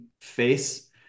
face